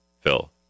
Phil